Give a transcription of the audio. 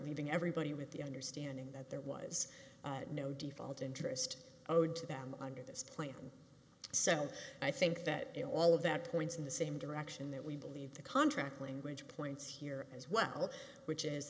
leaving everybody with the understanding that there was no default interest owed to them under this plan so i think that you know all of that points in the same direction that we believe the contract language points here as well which is